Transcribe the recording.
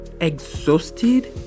exhausted